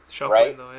right